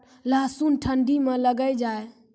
लहसुन ठंडी मे लगे जा?